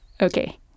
Okay